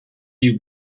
you